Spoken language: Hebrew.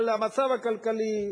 אבל המצב הכלכלי,